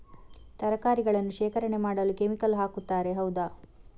ತರಕಾರಿಗಳನ್ನು ಶೇಖರಣೆ ಮಾಡಲು ಕೆಮಿಕಲ್ ಹಾಕುತಾರೆ ಹೌದ?